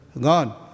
Gone